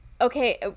Okay